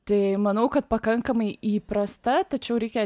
tai manau kad pakankamai įprasta tačiau reikia